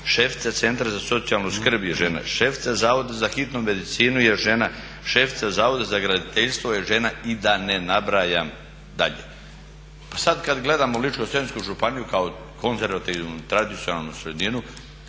šefica centra za socijalnu skrb je žena, šefica Zavoda za hitnu medicinu je žena, šefica Zavoda za graditeljstvo je žena i da ne nabrajam dalje. Pa sada kada gledamo Ličko-senjsku županiju kao konzervativnu tradicionalnu sredinu